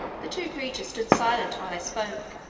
the two creatures stood silent while i spoke,